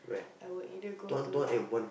I would either go to